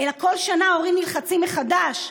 אלא כל שנה ההורים נלחצים מחדש,